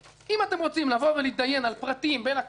אם אתם רוצים להידיין על פרטים בין הקריאות